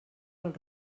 pel